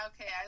okay